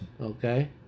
Okay